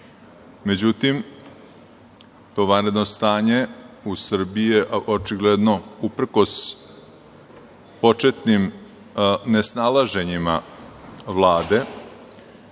mrtvih.Međutim, to vanredno stanje u Srbiji se očigledno, uprkos početnim nesnalaženjima Vlade